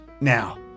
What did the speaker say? Now